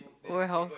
warehouse